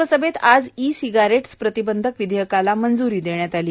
लोकसभेत आज e cigarettes प्रतिबंधक विदेयकाला मंजूरी देण्यात आली